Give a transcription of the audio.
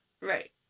Right